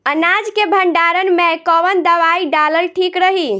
अनाज के भंडारन मैं कवन दवाई डालल ठीक रही?